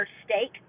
steak